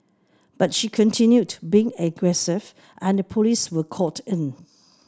but she continued being aggressive and the police were called in